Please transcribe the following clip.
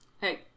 Hey